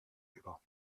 über